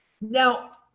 Now